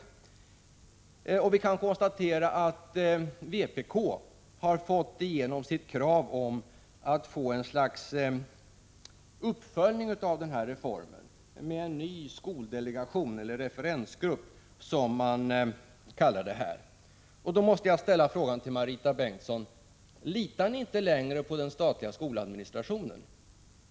Vi kan vidare konstatera att vpk fått igenom sitt krav på ett slags uppföljning av reformen med en ny skoldelegation, eller en referensgrupp som den kallas. Jag måste då ställa en fråga till Marita Bengtsson: Litar ni inte längre på den statliga skoladministrationen?